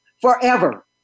forever